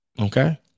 Okay